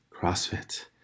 CrossFit